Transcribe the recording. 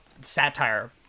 satire